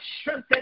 strengthen